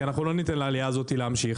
כי אנחנו לא ניתן לעלייה הזאת להמשיך,